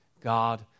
God